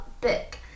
book